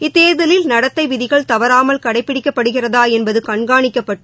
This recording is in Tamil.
இத்தேர்தலில் நடத்தை விதிகள் தவறாமல் கடைப்பிடிக்கப்படுகிறதா என்பது கண்காணிக்கப்பட்டு